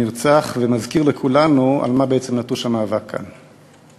נרצח, ומזכיר לכולנו על מה בעצם נטוש המאבק כאן.